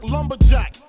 Lumberjack